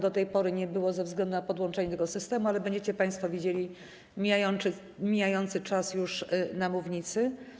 Do tej pory tego nie było ze względu na podłączenie tego systemu, ale będziecie państwo widzieli mijający czas na mównicy.